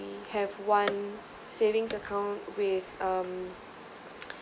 have one savings account with um